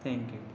thank you